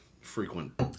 frequent